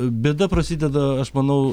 bėda prasideda aš manau